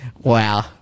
wow